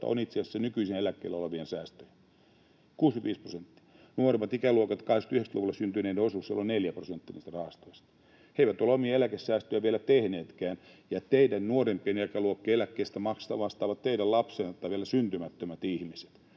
on itse asiassa nykyisin eläkkeellä olevien säästöjä, 65 prosenttia. Nuoremmat ikäluokat, 80—90-luvuilla syntyneiden osuus — siellä on 4 prosenttia näistä rahastoista. He eivät ole omia eläkesäästöjään vielä tehneetkään, ja teidän, nuorempien ikäluokkien eläkkeiden maksuista vastaavat teidän lapsenne tai vielä syntymättömät ihmiset